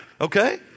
okay